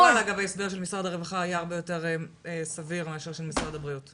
בכלל ההסבר של משרד הרווחה היה הרבה יותר סביר מאשר של משרד הבריאות.